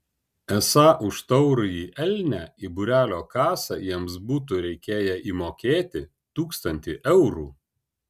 esą už taurųjį elnią į būrelio kasą jiems būtų reikėję įmokėti tūkstantį eurų